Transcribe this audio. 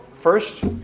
first